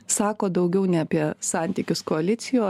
sako daugiau ne apie santykius koalicijoj